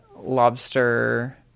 Lobster